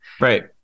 right